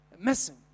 missing